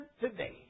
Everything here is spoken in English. today